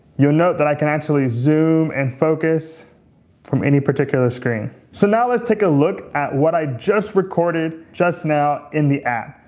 you'll note that i can actually zoom and focus from any particular screen. so now let's take a look at what i just recorded, just now in the app.